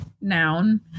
noun